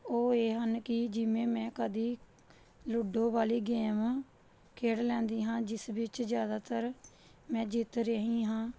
ਉਹ ਇਹ ਹਨ ਕਿ ਜਿਵੇਂ ਮੈਂ ਕਦੇ ਲੁੱਡੋ ਵਾਲੀ ਗੇਮ ਖੇਡ ਲੈਂਦੀ ਹਾਂ ਜਿਸ ਵਿੱਚ ਜ਼ਿਆਦਾਤਰ ਮੈਂ ਜਿੱਤ ਰਹੀ ਹਾਂ